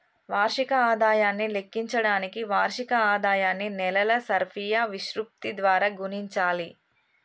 వార్షిక ఆదాయాన్ని లెక్కించడానికి వార్షిక ఆదాయాన్ని నెలల సర్ఫియా విశృప్తి ద్వారా గుణించాలి